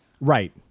Right